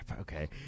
Okay